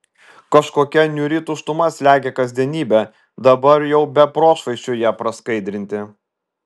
kažkokia niūri tuštuma slegia kasdienybę dabar jau be prošvaisčių ją praskaidrinti